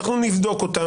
נבדוק אותם,